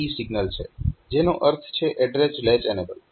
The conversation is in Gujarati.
જેનો અર્થ છે એડ્રેસ લેચ એનેબલ